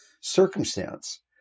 circumstance